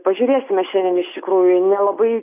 pažiūrėsime šiandien iš tikrųjų nelabai